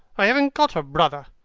i haven't got a brother.